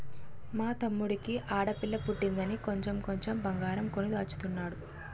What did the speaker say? మా తమ్ముడికి ఆడపిల్ల పుట్టిందని కొంచెం కొంచెం బంగారం కొని దాచుతున్నాడు